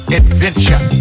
adventure